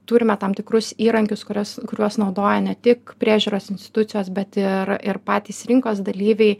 turime tam tikrus įrankius kuriuos kuriuos naudoja ne tik priežiūros institucijos bet ir ir patys rinkos dalyviai